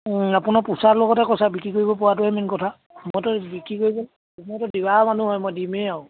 আপোনাৰ পোচাৰ লগতে কথা বিক্ৰী কৰিব পৰাটোহে মেইন কথা মইতো বিক্ৰী কৰিব মইতো দিয়া মানুহ হয় মই দিমেই আৰু